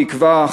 תקווה,